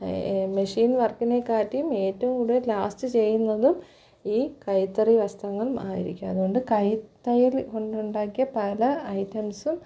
machine വർക്കിനെ കാട്ടിയും ഏറ്റവും കൂടുതൽ ലാസ്റ്റ് ചെയ്യുന്നതും ഈ കൈത്തറി വസ്ത്രങ്ങൾ ആയിരിക്കും അതുകൊണ്ട് കൈ തയ്യൽ കൊണ്ടുണ്ടാക്കിയ പല ഐറ്റംസും